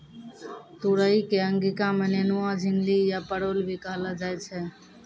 तुरई कॅ अंगिका मॅ नेनुआ, झिंगली या परोल भी कहलो जाय छै